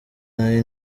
nari